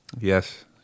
Yes